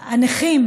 הנכים,